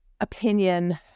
opinion